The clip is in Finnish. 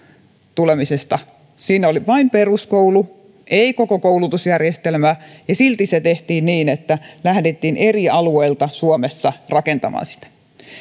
tulemisesta siinä oli vain peruskoulu ei koko koulutusjärjestelmää ja silti se tehtiin niin että lähdettiin eri alueilta suomessa rakentamaan sitä